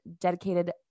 dedicated